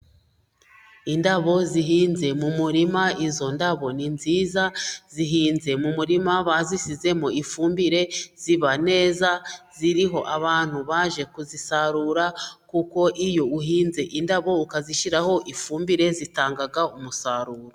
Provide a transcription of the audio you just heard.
Indabo zihinze mu murima, izo ndabo ni nziza, zihinze mu murima, bazishyizemo ifumbire ziba neza, ziriho abantu baje kuzisarura, kuko iyo uhinze indabo ukazishyiraho ifumbire zitanga umusaruro.